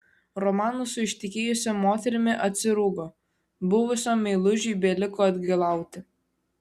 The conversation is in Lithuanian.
romanas su ištekėjusia moterimi atsirūgo buvusiam meilužiui beliko atgailauti